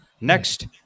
Next